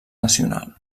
nacional